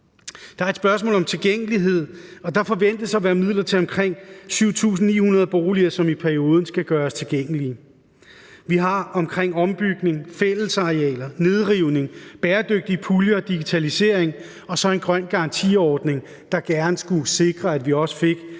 Der er et spørgsmål om tilgængelighed, og der forventes at være midler til omkring 7.900 boliger, som i perioden skal gøres tilgængelige. Vi har ombygning, fællesarealer, nedrivning, bæredygtige puljer og digitalisering og så en grøn garantiordning, der gerne skulle sikre, at vi også får